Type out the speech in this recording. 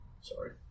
sorry